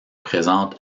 présente